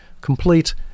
complete